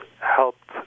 helped